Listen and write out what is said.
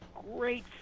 great